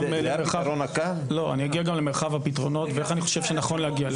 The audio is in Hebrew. גם למרחב הפתרונות ואיך אני חושב שנכון להגיע אליהם.